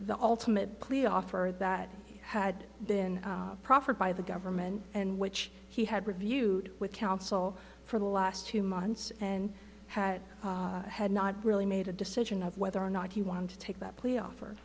the ultimate plea offer that had been proffered by the government and which he had reviewed with counsel for the last two months and had had not really made a decision of whether or not he wanted to take that plea off